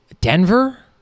Denver